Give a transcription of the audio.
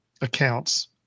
accounts